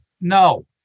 No